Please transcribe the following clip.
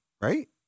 right